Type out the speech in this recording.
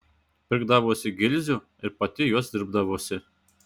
pirkdavosi gilzių ir pati juos dirbdavosi